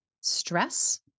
Stress